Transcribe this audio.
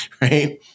right